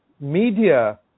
media